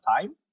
time